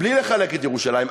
בלי לחלק את ירושלים.